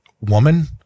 woman